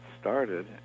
started